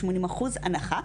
או 80 אחוז הנחה,